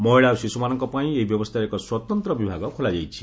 ମହିଳା ଓ ଶିଶ୍ରମାନଙ୍କପାଇଁ ଏହି ବ୍ୟବସ୍ଥାରେ ଏକ ସ୍ୱତନ୍ତ୍ର ବିଭାଗ ଖୋଲାଯାଇଛି